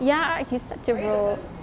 ya he's such a brother